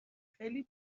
خیلی